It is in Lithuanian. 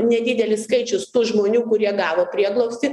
nedidelis skaičius tų žmonių kurie gavo prieglobstį